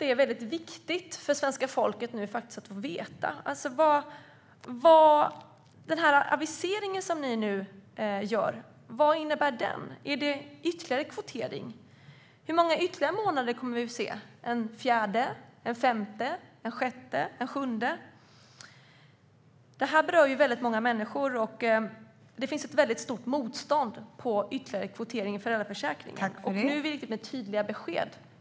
Det är rätt viktigt för svenska folket att få veta vad detta innebär. Är det ytterligare kvotering? Hur många ytterligare månader kommer vi att få se - fyra, fem, sex eller sju? Detta berör väldigt många människor, och det finns ett stort motstånd mot ytterligare kvotering i föräldraförsäkringen. Nu är det viktigt med tydliga besked.